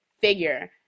figure